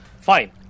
Fine